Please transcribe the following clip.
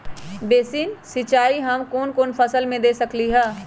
Basin सिंचाई हम कौन कौन फसल में दे सकली हां?